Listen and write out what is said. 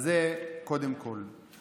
אז קודם כול זה.